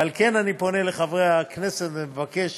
ועל כן אני פונה לחברי הכנסת ומבקש